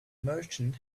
merchant